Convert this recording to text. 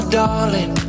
darling